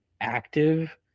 active